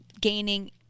gaining